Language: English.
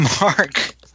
Mark